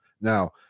Now